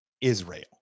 Israel